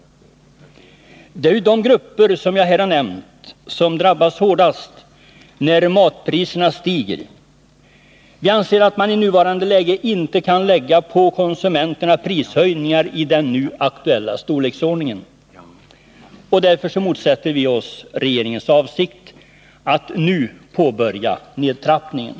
Det är ju de grupper jag här har nämnt som drabbas hårdast när matpriserna stiger. Vi anser att man i nuvarande läge inte kan lägga på konsumenterna prishöjningar i den nu aktuella storleksordningen, och därför motsätter vi oss regeringens avsikt att nu påbörja nedtrappningen.